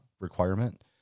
requirement